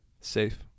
safe